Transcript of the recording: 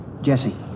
jesse